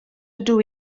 ydw